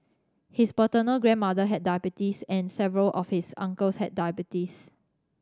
his paternal grandmother had diabetes and several of his uncles had diabetes